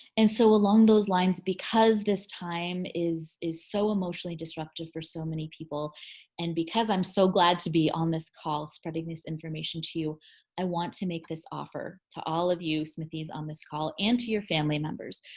and so along those lines because this time is is so emotionally disruptive for so many people and because i'm so glad to be on this call spreading this information to you i want to make this offer to all of you smithies on this call and to your family members.